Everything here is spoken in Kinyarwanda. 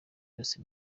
yose